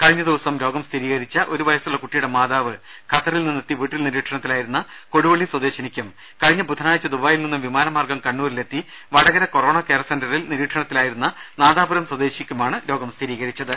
കഴിഞ്ഞ ദിവസം രോഗം സ്ഥിരീകരിച്ച ഒരു വയസ്സുള്ള കുട്ടിയുടെ മാതാവ് ഖത്തറിൽ നിന്നെത്തി വീട്ടിൽ നിരീക്ഷണത്തിലായിരുന്ന കൊടുവള്ളി സ്വദേശിനിക്കും കഴിഞ്ഞ ബുധനാഴ്ച ദുബായിൽ നിന്നും വിമാനമാർഗം കണ്ണൂരിലെത്തി വടകര കൊറോണ കെയർ സെന്ററിൽ നിരീക്ഷണത്തിലായിരുന്ന നാദാപുരം സ്വദേശി എന്നിവർക്കുമാണ് രോഗംസ്ഥിരീകരിച്ചത്